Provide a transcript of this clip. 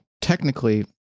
technically –